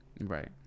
Right